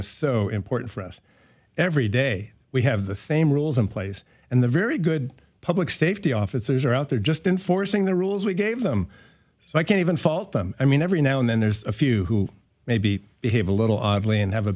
is so important for us every day we have the same rules in place and the very good public safety officers are out there just enforcing the rules we gave them so i can't even fault them i mean every now and then there's a few who maybe behave a little oddly and have a